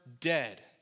dead